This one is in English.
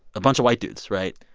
a bunch of white dudes, right?